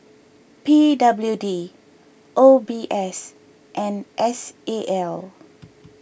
P W D O B S and S A L